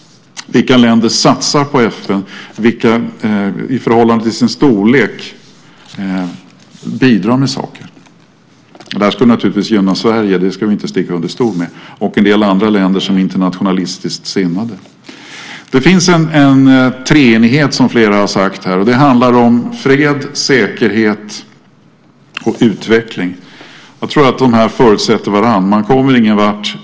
Vilka länder satsar på FN och i förhållande till sin storlek bidrar med saker? Det här skulle naturligtvis gynna Sverige - det ska vi inte sticka under stol med - och en del andra länder som är internationalistiskt sinnade. Det finns en treenighet, som flera har sagt här. Det handlar om fred, säkerhet och utveckling. Jag tror att de förutsätter varandra.